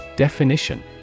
Definition